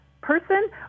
person